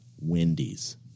Wendy's